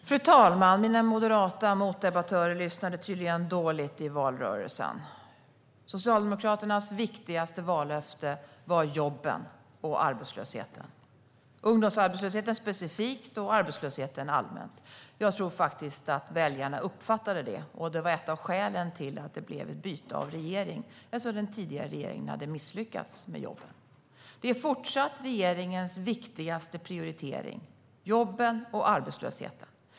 Fru talman! Mina moderata motdebattörer lyssnade tydligen dåligt i valrörelsen. Socialdemokraternas viktigaste vallöfte handlade om jobben och arbetslösheten - ungdomsarbetslösheten specifikt och arbetslösheten allmänt. Jag tror faktiskt att väljarna uppfattade det. Det var ett av skälen till att det blev ett byte av regering, eftersom den tidigare regeringen hade misslyckats med jobben. Jobben och arbetslösheten är fortsatt regeringens viktigaste prioritering.